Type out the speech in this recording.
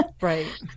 right